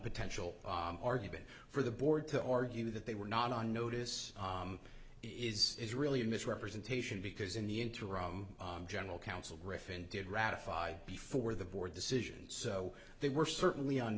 potential argument for the board to argue that they were not on notice is is really a misrepresentation because in the interim general counsel griffin did ratified before the board decision so they were certainly on